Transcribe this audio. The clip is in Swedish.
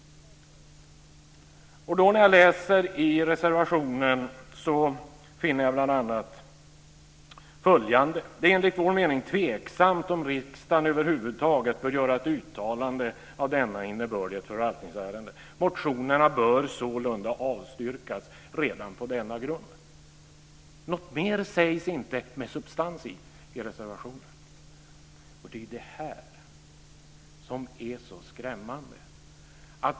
När jag läser i reservationen finner jag bl.a. följande: Det är enligt vår mening tveksamt om riksdagen över huvud taget bör göra ett uttalande av denna innebörd i ett förvaltningsärende. Motionerna bör sålunda avstyrkas redan på denna grund. Något mer sägs inte med substans i i reservationen. Det är det här som är så skrämmande.